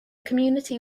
community